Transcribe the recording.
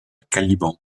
caliban